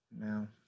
No